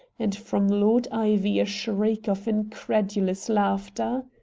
and from lord ivy a shriek of incredulous laughter.